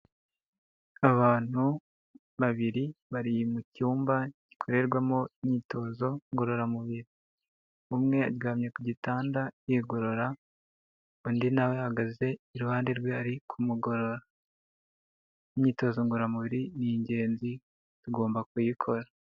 Abantu babiri bari mu cyumba gikorerwamo imyitozo ngororamubiri, umwe aryamye ku gitanda yigorora, undi na we ahagaze iruhande rwe ari komugorora. Imyitozo ngororamubiri ni ingenzi, tugomba kuyikora.